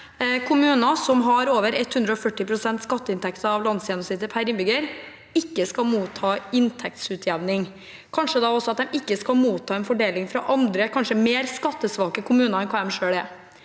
kommuner som har over 140 pst. skatteinntekter av landsgjennomsnittet per innbygger, ikke skal motta inntektsutjevning – kanskje også at de ikke skal motta en fordeling fra andre kommuner som kanskje er mer skattesvake enn de selv er.